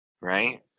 right